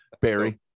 Barry